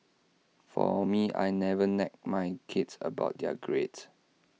for me I never nag my kids about their grades